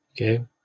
Okay